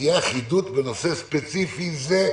תהיה אחידות בנושא ספציפי זה,